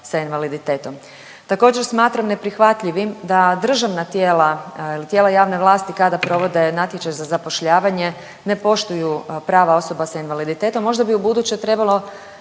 sa invaliditetom. Također smatram neprihvatljivim da državna tijela ili tijela javne vlasti kada provode natječaj za zapošljavanje ne poštuju prava osoba sa invaliditetom. Možda bi u buduće trebalo